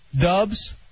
Dubs